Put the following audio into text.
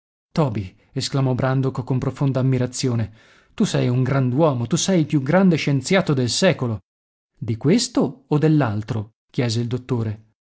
toby esclamò brandok con profonda ammirazione tu sei un grand'uomo tu sei il più grande scienziato del secolo di questo o dell'altro chiese il dottore